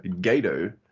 Gato